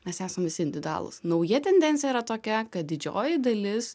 mes esam visi individualūs nauja tendencija yra tokia kad didžioji dalis